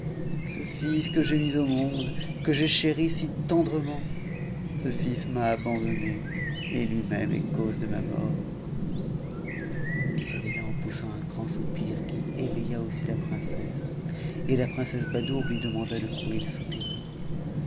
ce fils que j'ai mis au monde que j tx'ri si tendrement ce fils m'a abandonné et lui-même est cause de n t murt il s'cvcitta en poussant un grand soupir qui éveilla aussi la pt'ittcesse et la princesse badoure lui demanda de quoi il soupirait